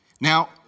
Now